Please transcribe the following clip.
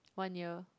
one year